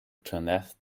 turneth